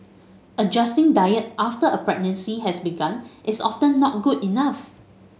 adjusting diet after a pregnancy has begun is often not good enough